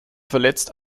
verletzt